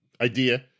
idea